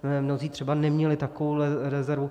Mnozí třeba neměli takovouhle rezervu.